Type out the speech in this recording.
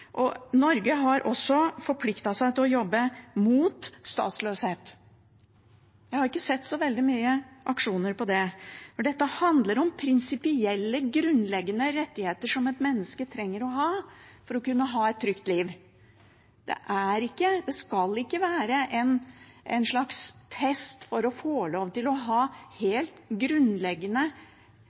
Norge har også forpliktet seg til å jobbe mot statsløshet. Jeg har ikke sett så veldig mange aksjoner for det. Dette handler om prinsipielle og grunnleggende rettigheter som et menneske trenger å ha for å kunne ha et trygt liv. Det skal ikke være en slags test for å få lov til å ha helt grunnleggende